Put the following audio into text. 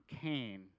Cain